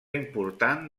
important